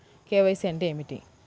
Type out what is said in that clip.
KYC అంటే ఏమి?